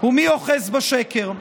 ומי אוחז בשקר.